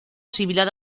similar